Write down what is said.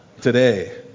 today